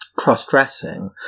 cross-dressing